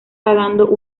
pagando